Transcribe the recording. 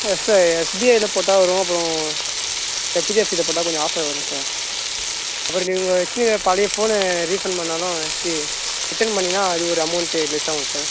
ஆ sir எஸ்பிஐயில் போட்டால் வரும் அப்புறம் ஹெச்டிஎஃப்சில போட்டா கொஞ்சம் ஆஃபர் வரும் சார் அப்புறம் நீங்கள் வெச்சுருக்குற பழைய ஃபோனு ரீஃபண்ட் பண்ணிணாலும் ரி ரிட்டர்ன் பண்ணீங்கன்னால் அது ஒரு அமௌண்ட்டு லெஸ் ஆகும் சார்